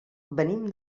venim